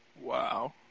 Wow